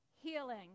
healing